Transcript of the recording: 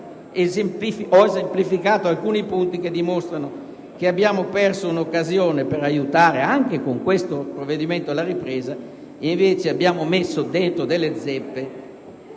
ho esemplificato alcuni punti che dimostrano che abbiamo perso un'occasione per aiutare, anche con questo provvedimento, la ripresa. Vi abbiamo inserito delle zeppe